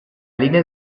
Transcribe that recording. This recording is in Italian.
linea